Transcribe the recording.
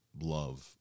love